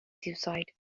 suicide